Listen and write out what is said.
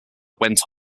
went